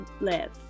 live